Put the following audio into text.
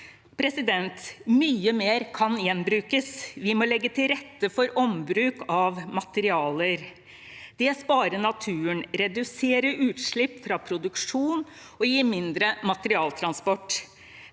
Arbeiderpartiet. Mye mer kan gjenbrukes. Vi må legge til rette for ombruk av materialer. Det sparer naturen, reduserer utslipp fra produksjon og gir mindre materialtransport.